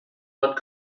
not